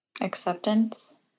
Acceptance